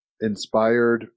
inspired